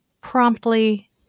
promptly